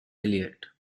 eliot